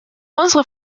unsere